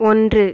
ஒன்று